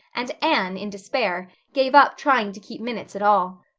and anne, in despair, gave up trying to keep minutes at all.